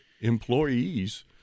employees